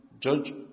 judge